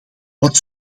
wat